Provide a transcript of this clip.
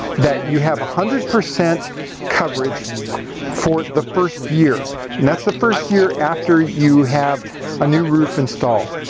that you have a hundred percent coverage for the first year, and that's the first year after you have a new roof installed,